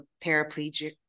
paraplegic